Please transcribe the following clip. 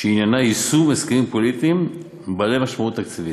שעניינה "יישום הסכמים פוליטיים בעלי משמעות תקציבית".